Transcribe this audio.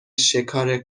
شکار